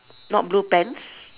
not blue pants